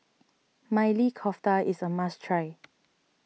Maili Kofta is a must try